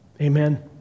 Amen